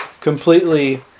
completely